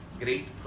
great